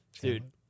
Dude